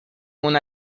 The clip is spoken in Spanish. una